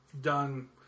done